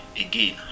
again